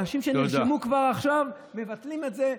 אנשים שנרשמו כבר עכשיו, מבטלים את זה.